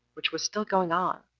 which was still going on,